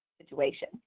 situation